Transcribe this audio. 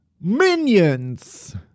minions